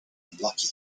unlucky